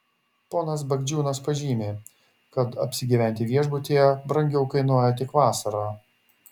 ponas bagdžiūnas pažymi kad apsigyventi viešbutyje brangiau kainuoja tik vasarą